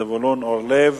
זבולון אורלב.